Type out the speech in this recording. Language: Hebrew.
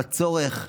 בצורך,